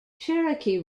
cherokee